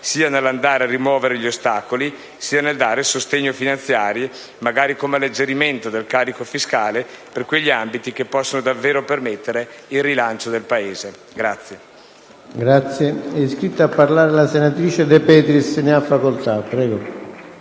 sia per rimuovere gli ostacoli sia per dare sostegni finanziari, magari sotto forma di alleggerimenti del carico fiscale, per quegli ambiti che possono davvero permettere il rilancio del Paese.